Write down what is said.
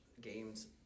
games